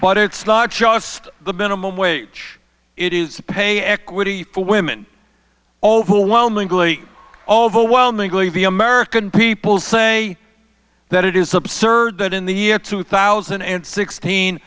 but it's not just the minimum wage it is pay equity for women overwhelmingly overwhelmingly the american people say that it is absurd that in the year two thousand and six